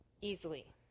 easily